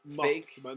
fake